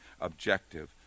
objective